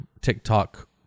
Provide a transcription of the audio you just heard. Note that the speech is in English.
TikTok